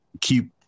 keep